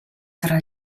tra